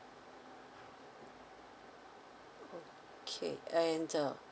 okay and uh